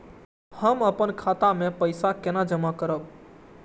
हम अपन खाता मे पैसा जमा केना करब?